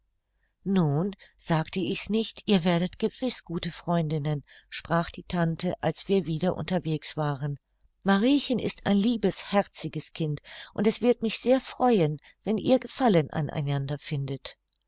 nun sagte ich's nicht ihr werdet gewiß gute freundinnen sprach die tante als wir wieder unterwegs waren mariechen ist ein liebes herziges kind und es wird mich sehr freuen wenn ihr gefallen an einander findet